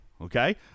okay